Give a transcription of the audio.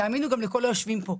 תאמינו גם לכל היושבים פה.